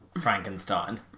Frankenstein